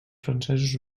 francesos